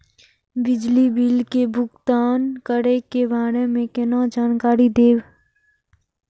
बिजली बिल के भुगतान करै के बारे में केना जानकारी देब?